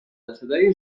ابتدای